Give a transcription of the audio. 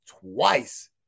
twice